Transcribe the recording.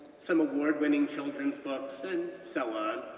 some award-winning children's books, and so on,